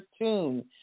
tune